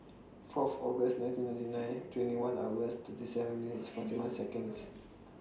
Fourth August nineteen ninety nine twenty one hours thirty seven minutes forty one Seconds